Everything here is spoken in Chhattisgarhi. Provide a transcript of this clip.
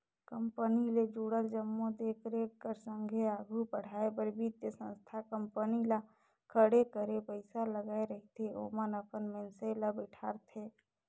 कंपनी ले जुड़ल जम्मो देख रेख कर संघे आघु बढ़ाए बर बित्तीय संस्था कंपनी ल खड़े करे पइसा लगाए रहिथे ओमन अपन मइनसे ल बइठारथे